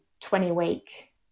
20-week